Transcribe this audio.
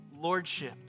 lordship